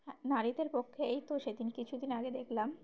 হ্যাঁ নারীদের পক্ষেই তো সেদিন কিছুদিন আগে দেখলাম